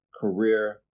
career